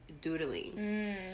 doodling